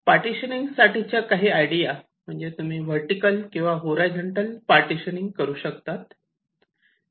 partitioning साठीच्या काही idea म्हणजे तुम्ही वर्टीकल किंवा होरायझॉन्टल पार्टिशनिंग करू शकतात